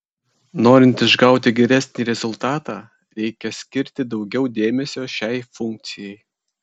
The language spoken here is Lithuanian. norint išgauti geresnį rezultatą reikia skirti daugiau dėmesio šiai funkcijai